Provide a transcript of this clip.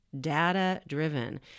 data-driven